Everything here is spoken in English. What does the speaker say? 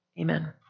Amen